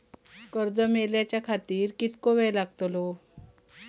कर्ज मेलाच्या खातिर कीतको वेळ लागतलो?